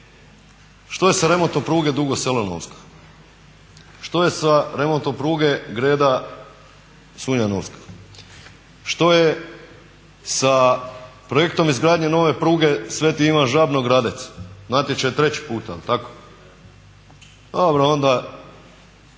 Što je sa remontom pruge Dugo Selo-Novska? Što je sa remontom pruge Greda-Sunja-Novska? Što je sa projektom izgradnje nove pruge Svet Ivan Žabno-Gradec, natječaj treći puta je li tako? Dobro onda,